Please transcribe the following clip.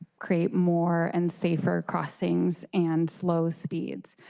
create more and safer crossings and slow speeds.